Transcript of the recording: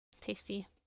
Tasty